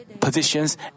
positions